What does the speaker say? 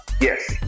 yes